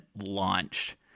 launched